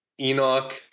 Enoch